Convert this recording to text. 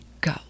go